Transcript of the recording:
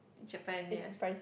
Japan yes